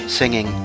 singing